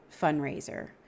fundraiser